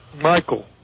Michael